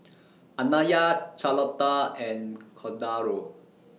Anaya Charlotta and Cordaro